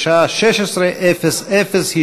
בשעה 16:00.